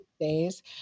Days